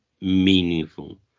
meaningful